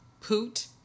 Poot